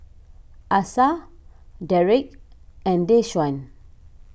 Asa Derrek and Deshaun